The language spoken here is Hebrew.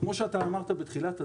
כמו שאמרת בתחילת הדרך,